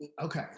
okay